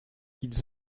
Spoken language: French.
ils